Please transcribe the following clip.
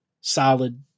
solid